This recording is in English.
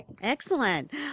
Excellent